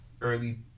early